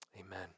Amen